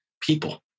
people